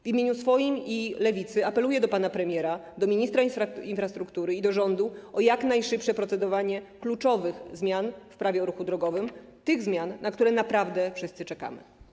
W imieniu swoim i Lewicy apeluję do pana premiera, do ministra infrastruktury i do rządu o jak najszybsze procedowanie nad kluczowymi zmianami w Prawie o ruchu drogowym, tymi zmianami, na które naprawdę wszyscy czekamy.